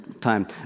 time